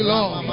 Lord